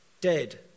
dead